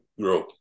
grow